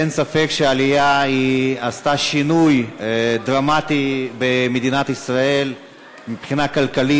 אין ספק שהעלייה עשתה שינוי דרמטי במדינת ישראל מבחינה כלכלית,